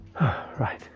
Right